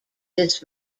this